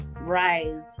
rise